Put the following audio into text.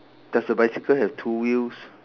does the bicycle have two wheels